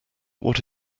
what